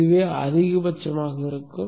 இதுவே அதிகபட்சமாக இருக்கும்